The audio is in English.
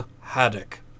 haddock